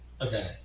Okay